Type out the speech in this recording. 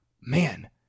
man